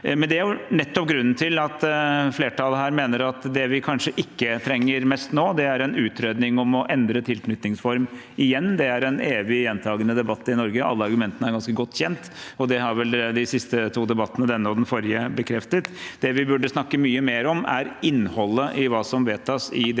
Det er nettopp grunnen til at flertallet her mener at det vi trenger mest nå, kanskje ikke er en utredning om å endre tilknytningsform igjen. Det er en evig, gjentakende debatt i Norge. Alle argumentene er ganske godt kjent, og det har vel de siste to debattene – denne og den forrige – bekreftet. Det vi burde snakke mye mer om, er innholdet i hva som vedtas i det